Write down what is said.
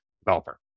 developer